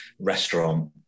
restaurant